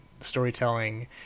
storytelling